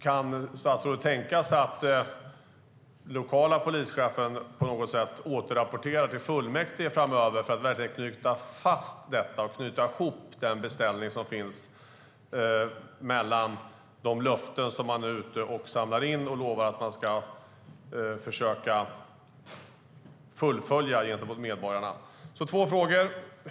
Kan statsrådet tänka sig att den lokala polischefen på något sätt återrapporterar till fullmäktige framöver? Det handlar om att verkligen knyta ihop den beställning som finns, de önskningar man nu är ute och samlar in och de löften man lovar att försöka fullfölja gentemot medborgarna. Jag har alltså två frågor.